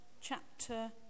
chapter